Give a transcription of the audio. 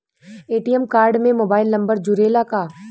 ATM card में mobile number जुरेला का?